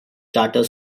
charter